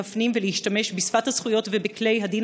להפנים ולהשתמש בשפת הזכויות ובכלי הדין